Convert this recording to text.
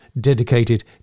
dedicated